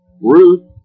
Ruth